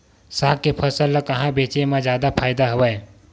साग के फसल ल कहां बेचे म जादा फ़ायदा हवय?